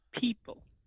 people